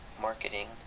Marketing